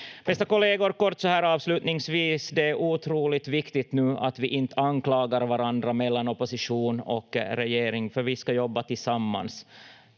Bästa kollegor, kort så här avslutningsvis: Det är otroligt viktigt nu att vi inte anklagar varandra mellan opposition och regering, för vi ska jobba tillsammans